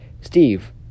steve